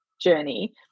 journey